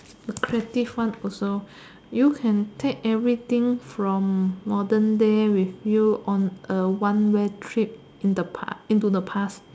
the creative one also you can take everything from modern day with you on a one way trip in the past into the past